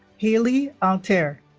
hailey altherr